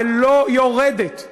ולא יורדת,